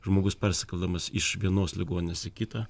žmogus persikeldamas iš vienos ligoninės į kitą